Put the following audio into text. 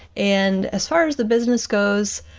and as far as the business goes,